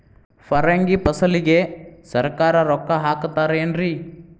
ಪರಂಗಿ ಫಸಲಿಗೆ ಸರಕಾರ ರೊಕ್ಕ ಹಾಕತಾರ ಏನ್ರಿ?